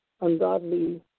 ungodly